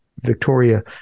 Victoria